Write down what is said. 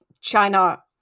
China